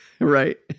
Right